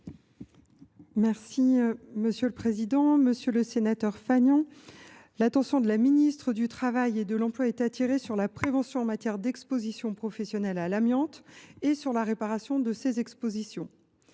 Mme la ministre déléguée. Monsieur le sénateur Fagnen, l’attention de la ministre du travail et de l’emploi est attirée sur la prévention des expositions professionnelles à l’amiante et sur la réparation de ces expositions.